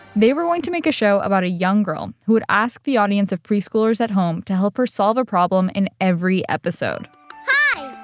they were going to make a show about a young girl who would ask the audience of preschoolers at home to help her solve a problem in every episode hi,